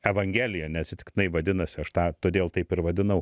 evangelija neatsitiktinai vadinasi aš tą todėl taip ir vadinau